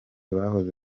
bahoze